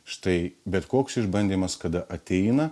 štai bet koks išbandymas kada ateina